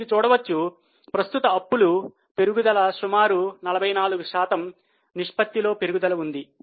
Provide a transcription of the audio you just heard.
మీరు చూడవచ్చు ప్రస్తుత అప్పులు పెరుగుదల సుమారు 44 శాతం నిష్పత్తిలో పెరుగుదల ఉంది